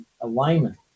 alignment